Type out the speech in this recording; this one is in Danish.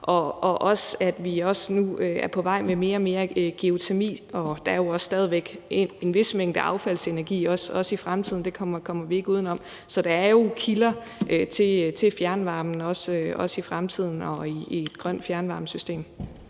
er også nu på vej med mere og mere geotermi, og der er jo også stadig væk en vis mængde affaldsenergi i fremtiden, det kommer vi ikke udenom. Så der er jo kilder til fjernvarmen også i fremtiden og i et grønt fjernvarmesystem.